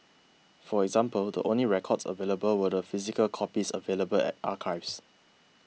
for example the only records available were the physical copies available at archives